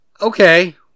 Okay